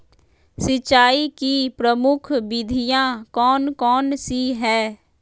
सिंचाई की प्रमुख विधियां कौन कौन सी है?